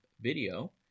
video